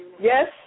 Yes